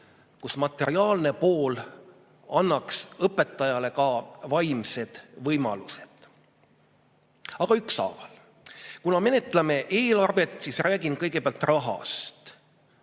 kus materiaalne pool annaks õpetajale ka vaimsed võimalused. Aga nüüd ükshaaval. Kuna menetleme eelarvet, siis räägin kõigepealt rahast.